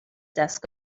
desk